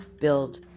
Build